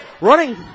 running